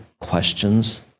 questions